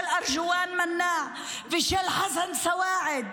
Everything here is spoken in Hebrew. של ארג'ואן מנאע ושל חסן סואעד,